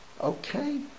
Okay